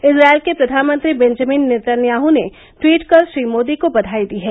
Israel के प्रधानमंत्री Benjamin Netanyahu ने ट्वीट कर श्री मोदी को बधाई दी है